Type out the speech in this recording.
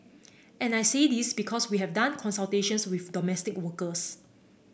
and I say this because we have done consultations with domestic workers